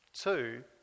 two